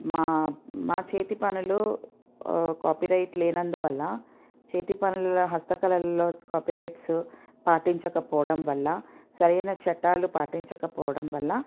మా మా చేతి పనులు కాపీరైట్ లేనందువల్ల చేతిపనుల హస్త కళలలో కాపీరైట్స్ పాటించకపోవడం వల్ల సరైన చట్టాలు పాటించకపోవడం వల్ల